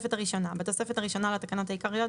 התוספת הראשונה בתוספת הראשונה לתקנות העיקריות,